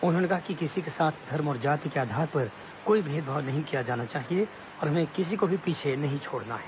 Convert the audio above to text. उन्होंने कहा कि किसी के साथ धर्म और जाति के आधार पर कोई भेदभाव नहीं किया जाना चाहिए और हमें किसी को भी पीछे नहीं छोड़ना है